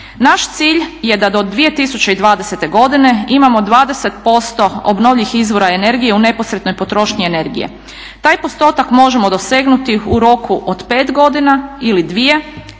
Naš cilj je da do 2020. godine imamo 20% obnovljivih izvora energije u neposrednoj potrošnji energije. Taj postotak možemo dosegnuti u roku od 5 godina ili 2 ili